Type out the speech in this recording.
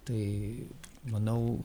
tai manau